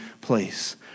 place